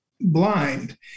blind